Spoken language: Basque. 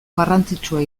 garrantzitsua